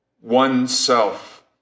oneself